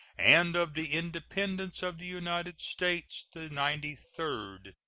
and of the independence of the united states the ninety-third.